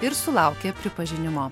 ir sulaukė pripažinimo